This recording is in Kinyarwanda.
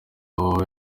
wowe